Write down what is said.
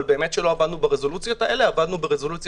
אבל לא עבדנו ברזולוציות האלה אלא ברזולוציות